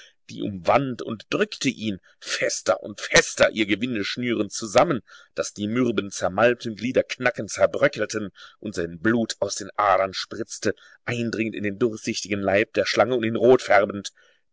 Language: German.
die umwand und drückte ihn fester und fester ihr gewinde schnürend zusammen daß die mürben zermalmten glieder knackend zerbröckelten und sein blut aus den adern spritzte eindringend in den durchsichtigen leib der schlange und ihn rot färbend